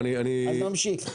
נמשיך.